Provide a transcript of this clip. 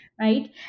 right